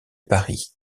paris